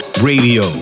Radio